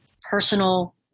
personal